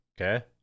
Okay